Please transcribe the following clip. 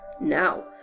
Now